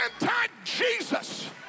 anti-Jesus